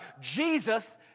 Jesus